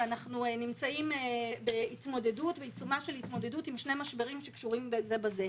שאנחנו נמצאים בעיצומה של התמודדות עם שני משברים שקשורים זה בזה,